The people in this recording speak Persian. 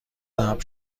ثبت